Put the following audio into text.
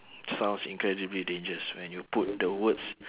sounds incredibly dangerous when you put the words